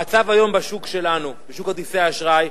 המצב היום בשוק שלנו, בשוק כרטיסי האשראי,